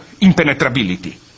impenetrability